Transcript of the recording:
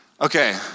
Okay